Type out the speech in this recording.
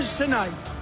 tonight